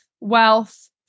wealth